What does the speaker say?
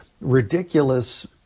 ridiculous